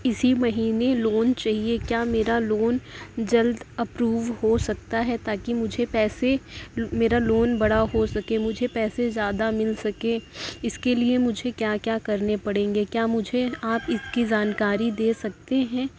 اسی مہینے لون چاہیے کیا میرا لون جلد اپروو ہو سکتا ہے تاکہ مجھے پیسے میرا لون بڑا ہو سکے مجھے پیسے زیادہ مل سکے اس کے لیے مجھے کیا کیا کرنے پڑیں گے کیا مجھے آپ اس کی جانکاری دے سکتے ہیں